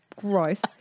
Gross